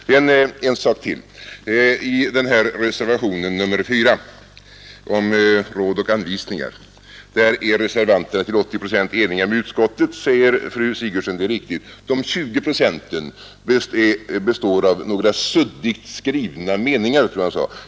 Jag vill beröra en sak till. I reservationen 4 beträffande råd och anvisningar är reservanterna till 80 procent eniga med utskottsmajoriteten, säger fru Sigurdsen. Det är riktigt. De 20 procenten består av några suddigt skrivna meningar, tror jag hon sade.